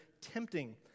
tempting